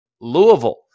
Louisville